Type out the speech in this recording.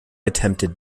attempted